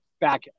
back